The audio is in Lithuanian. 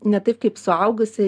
ne taip kaip suaugusi